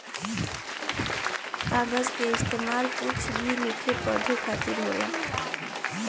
कागज के इस्तेमाल कुछ भी लिखे पढ़े खातिर होला